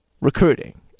recruiting